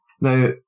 Now